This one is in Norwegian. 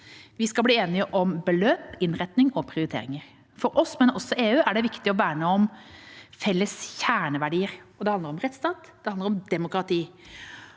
Vi skal bli enige om beløp, innretning og prioriteringer. For oss, men også for EU, er det viktig å verne om felles kjerneverdier. Det handler om rettsstat, og det